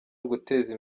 uguteza